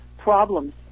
problems